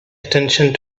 attention